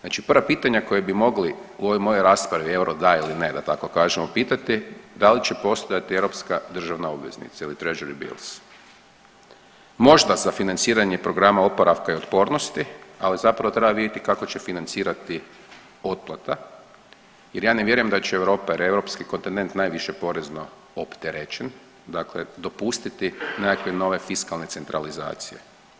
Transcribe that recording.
Znači prva pitanja koja bi mogli u ovoj mojoj raspravi euro da ili ne, da tako kažem pitati da li će postojati europska državna obveznica ili … Možda za financiranje programa oporavka i otpornosti, ali zapravo treba vidjeti kako će financirati otplata, jer ja ne vjerujem da će Europa ili europski kontinent najviše porezno opterećen, dakle dopustiti nekakve nove fiskalne centralizacije.